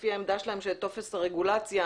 לפי העמדה שלהם טופס הרגולציה